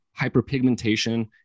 hyperpigmentation